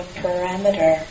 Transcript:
parameter